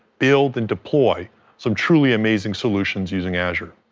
build, and deploy some truly amazing solutions using azure.